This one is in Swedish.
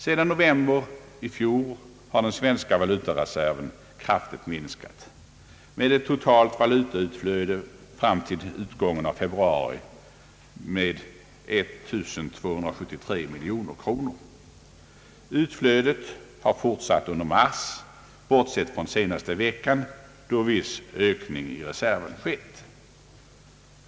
Sedan november i fjol har den svenska valutareserven kraftigt minskat genom ett totalt valutautflöde fram till utgången av februari med 1273 miljoner kronor. Utflödet har fortsatt under mars, bortsett från senaste veckan då viss ökning i reserven skett.